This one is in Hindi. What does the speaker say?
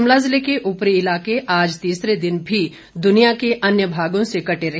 शिमला जिले के ऊपरी इलाके आज तीसरे दिन भी दुनिया के अन्य भागों से कटे रहे